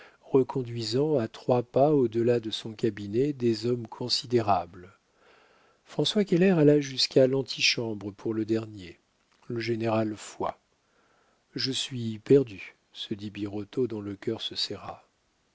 reconduisant à trois pas au delà de son cabinet des hommes considérables françois keller alla jusqu'à l'antichambre pour le dernier le général foy je suis perdu se dit birotteau dont le cœur se serra